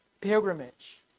Pilgrimage